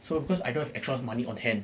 so because I don't have extra money on hand